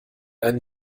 einen